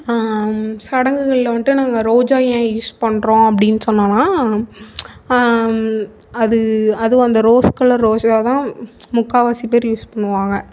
சடங்குகளில் வந்துட்டு நாங்கள் ரோஜா ஏன் யூஸ் பண்ணுறோம் அப்படின் சொன்னோன்னா அது அதுவும் அந்த ரோஸ் கலர் ரோஜா தான் முக்காவாசி பேர் யூஸ் பண்ணுவாங்க